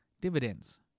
dividends